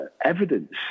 evidence